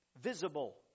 visible